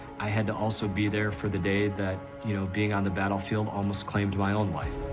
i had to also be there for the day that, you know, being on the battlefield almost claimed my own life.